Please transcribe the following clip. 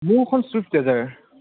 মোৰখন Swift Dzire